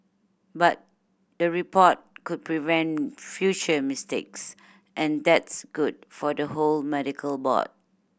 but the report could prevent future mistakes and that's good for the whole medical board